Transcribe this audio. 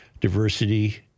diversity